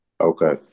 Okay